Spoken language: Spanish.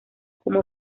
como